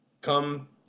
come